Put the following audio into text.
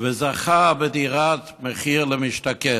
וזכה בדירת מחיר למשתכן.